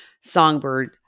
songbird